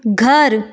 घर